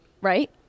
Right